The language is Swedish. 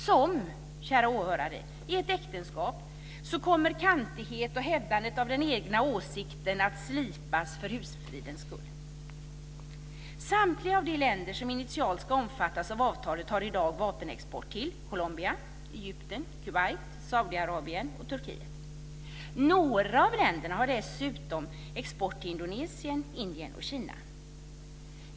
Som, kära åhörare, i ett äktenskap så kommer kantighet och hävdandet av den egna åsikten att slipas för husfridens skull. Samtliga av de länder som initialt ska omfattas av avtalet har i dag vapenexport till Colombia, Egypten, Kuwait, Saudiarabien och Turkiet. Några av länderna har dessutom export till Indonesien, Indien och Kina.